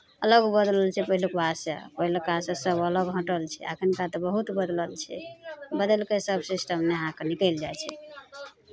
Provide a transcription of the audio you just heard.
अलग बदलल छै पहिलुकबासँ पहिलुक्कासँ सभ अलग हटल छै अखुनका तऽ बहुत बदलल छै बदलि कऽ सभ सिस्टम नहा कऽ निकलि जाइ छै